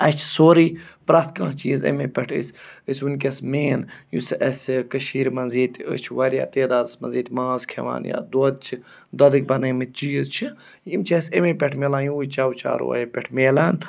اَسہِ چھِ سورُے پرٛٮ۪تھ کانٛہہ چیٖز اَمے پٮ۪ٹھ أسۍ أسۍ وُنۍکٮ۪س مین یُس اَسہِ کٔشیٖرِ منٛز ییٚتہِ أسۍ چھِ واریاہ تعدادَس مںٛز ییٚتہِ ماز کھٮ۪وان یا دۄد چھِ دۄدٕکۍ بَنٲومٕتۍ چیٖز چھِ یِم چھِ اَسہِ اَمے پٮ۪ٹھ مِلان یِموٕے چَو چاروایو پٮ۪ٹھ مِلان